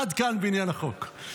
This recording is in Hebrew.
עד כאן בעניין החוק.